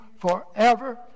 forever